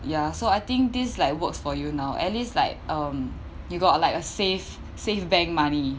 ya so I think this like works for you now at least like um you got a like a safe safe bank money